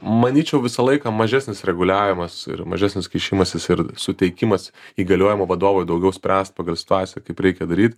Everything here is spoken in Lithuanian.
manyčiau visą laiką mažesnis reguliavimas ir mažesnis kišimasis ir suteikimas įgaliojimų vadovui daugiau spręst pagal situaciją kaip reikia daryt